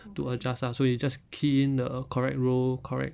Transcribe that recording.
to adjust lah so you just key in the correct row correct